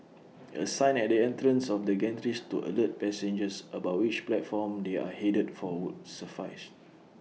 A sign at the entrance of the gantries to alert passengers about which platform they are headed for would suffice